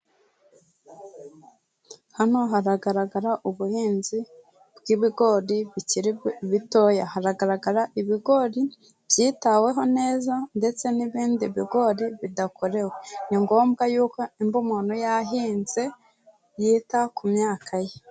Hano haragaragara ubuhinzi bw'ibigori bikiri bitoya, hagaragara ibigori byitaweho neza ndetse n'ibindi bigori bidakorewe. Ni ngombwa yuko niba umuntu yahinze yita ku myaka ye.